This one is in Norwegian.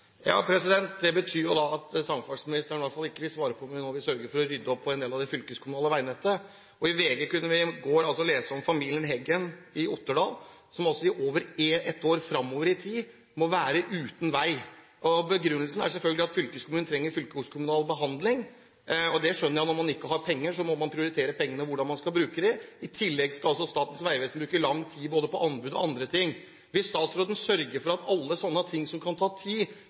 svare på om hun nå vil sørge for å rydde opp i en del av det fylkeskommunale veinettet. I VG kunne vi i går lese om familien Heggen i Otterdal som i over ett år framover i tid må være uten vei. Begrunnelsen er selvfølgelig at fylkeskommunen trenger fylkeskommunal behandling. Det skjønner jeg. Når man ikke har penger, må man prioritere pengene og hvordan man skal bruke dem. I tillegg skal altså Statens vegvesen bruke lang tid både på anbud og andre ting. Vil statsråden sørge for at behandlingstiden for alle slike ting som kan ta tid,